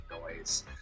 noise